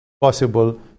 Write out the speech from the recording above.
possible